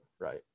right